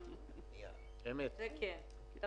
אני